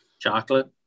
Chocolate